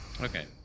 Okay